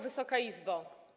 Wysoka Izbo!